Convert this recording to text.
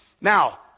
Now